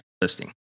listing